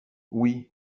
oui